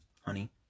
Honey